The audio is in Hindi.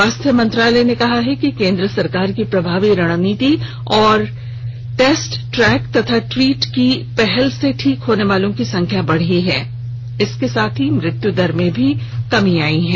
स्वास्थ्य मंत्रालय ने कहा है कि केंद्र सरकार की प्रभावी रणनीति और टैस्ट ट्रैक और ट्रीट की पहल से ठीक होने वालों की संख्या बढ़ी है और मृत्यु दर में कमी आई है